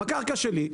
בקרקע שלי,